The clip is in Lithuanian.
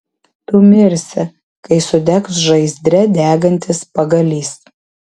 tu mirsi kai sudegs žaizdre degantis pagalys